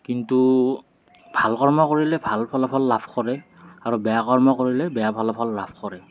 কিন্তু ভাল কৰ্ম কৰিলে ভাল ফলাফল লাভ কৰে আৰু বেয়া কৰ্ম কৰিলে বেয়া ফলাফল লাভ কৰে